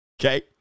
Okay